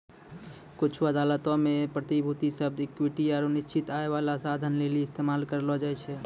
कुछु अदालतो मे प्रतिभूति शब्द इक्विटी आरु निश्चित आय बाला साधन लेली इस्तेमाल करलो जाय छै